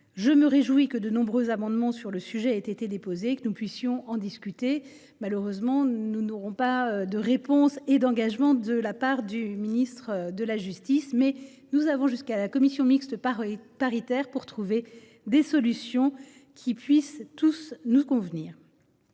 Je me réjouis que de nombreux amendements sur le sujet aient été déposés et que nous puissions en discuter. Malheureusement, nous ne pourrons pas obtenir d’engagement ni de réponse de la part du ministre de la justice ; nous aurons toutefois jusqu’à la commission mixte paritaire pour trouver des solutions qui puissent nous convenir